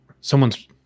Someone's